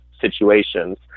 situations